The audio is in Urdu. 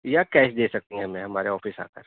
یا کیش دے سکتی ہیں ہمیں ہمارے آفس آ کر